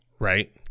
right